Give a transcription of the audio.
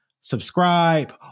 subscribe